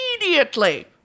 immediately